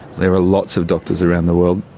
there are lots of doctors around the world